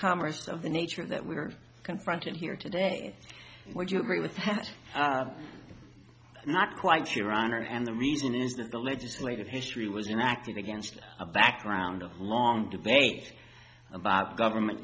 commerce of the nature that we are confronted here today would you agree with that i'm not quite sure honored and the reason is that the legislative history was interactive against a background of long debate about government